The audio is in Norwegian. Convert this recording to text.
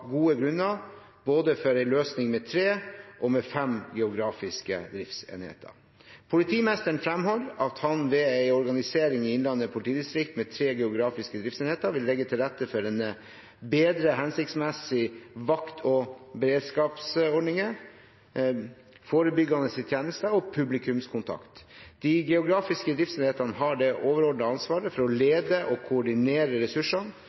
gode grunner både for en løsning med tre og med fem geografiske driftsenheter. Politimesteren fremholder at han ved en organisering i Innlandet politidistrikt med tre geografiske driftsenheter vil legge til rette for en bedre, hensiktsmessig vakt- og beredskapsordning, forebyggende tjeneste og publikumskontakt. De geografiske driftsenhetene har det overordnede ansvaret for å lede og koordinere ressursene